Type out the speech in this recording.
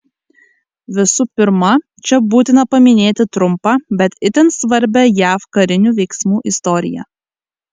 visų pirma čia būtina paminėti trumpą bet itin svarbią jav karinių veiksmų istoriją